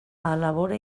elabora